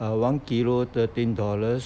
one kilo thirteen dollars